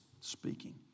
speaking